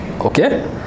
Okay